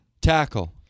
Tackle